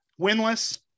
winless